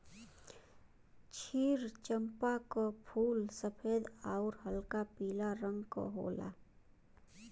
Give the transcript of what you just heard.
क्षीर चंपा क फूल सफेद आउर हल्का पीला रंग क होला